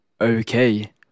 okay